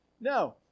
No